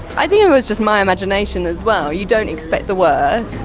i think it was just my imagination as well. you don't expect the worst.